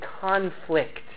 conflict